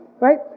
right